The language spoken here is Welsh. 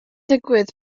digwydd